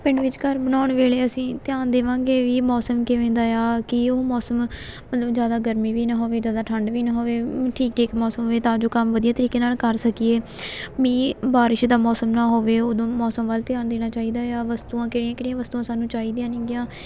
ਪਿੰਡ ਵਿਚ ਘਰ ਬਣਾਉਣ ਵੇਲੇ ਅਸੀਂ ਧਿਆਨ ਦੇਵਾਂਗੇ ਵੀ ਮੌਸਮ ਕਿਵੇਂ ਦਾ ਆ ਕਿ ਉਹ ਮੌਸਮ ਮਤਲਬ ਜ਼ਿਆਦਾ ਗਰਮੀ ਵੀ ਨਾ ਹੋਵੇ ਜ਼ਿਆਦਾ ਠੰਡ ਵੀ ਨਾ ਹੋਵੇ ਠੀਕ ਠੀਕ ਮੌਸਮ ਹੋਵੇ ਤਾਂ ਜੋ ਕੰਮ ਵਧੀਆ ਤਰੀਕੇ ਨਾਲ ਕਰ ਸਕੀਏ ਮੀਂਹ ਬਾਰਿਸ਼ ਦਾ ਮੌਸਮ ਨਾ ਹੋਵੇ ਉਦੋਂ ਮੌਸਮ ਵੱਲ ਧਿਆਨ ਦੇਣਾ ਚਾਹੀਦਾ ਆ ਵਸਤੂਆਂ ਕਿਹੜੀਆਂ ਕਿਹੜੀਆਂ ਵਸਤੂਆਂ ਸਾਨੂੰ ਚਾਹੀਦੀਆਂ ਨੇਗੀਆਂ